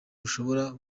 bushobora